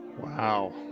Wow